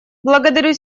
благодарю